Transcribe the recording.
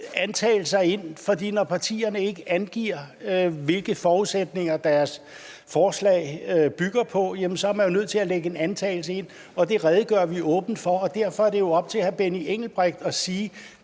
antagelser ind, for når partierne ikke angiver, hvilke forudsætninger deres forslag bygger på, er man nødt til at lægge en antagelse ind. Det redegør vi åbent for, og derfor er det op til hr. Benny Engelbrecht at sige,